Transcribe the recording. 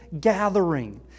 gathering